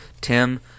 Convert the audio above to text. Tim